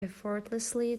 effortlessly